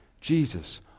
Jesus